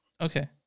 Okay